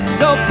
no